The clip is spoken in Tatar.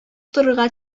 торырга